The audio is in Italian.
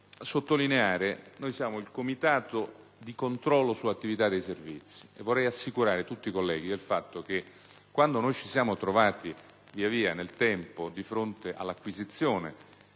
quanto segue. Noi siamo il Comitato di controllo sull'attività dei Servizi e vorrei assicurare tutti i colleghi del fatto che quando noi ci siamo trovati, nel corso del tempo, di fronte all'acquisizione